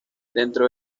dentro